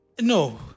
No